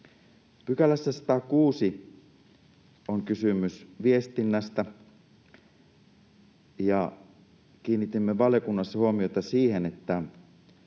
106 §:ssä on kysymys viestinnästä, ja kiinnitimme valiokunnassa huomiota siihen, että